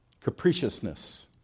capriciousness